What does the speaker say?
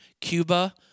Cuba